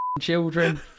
children